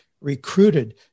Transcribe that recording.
recruited